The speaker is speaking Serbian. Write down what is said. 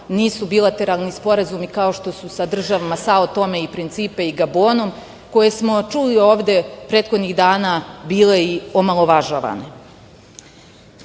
nisu bilateralni sporazumi kao što su sa državama Sao Tome i Principe i Gabonom, koje smo čuli ovde prethodnih dana bile i omalovažavane. Takođe,